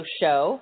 show